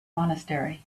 monastery